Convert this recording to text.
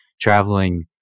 traveling